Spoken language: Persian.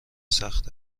سخت